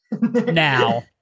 Now